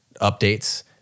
updates